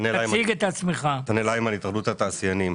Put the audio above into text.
נתנאל היימן, התאחדות התעשיינים.